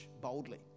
boldly